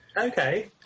Okay